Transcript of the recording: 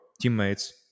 teammates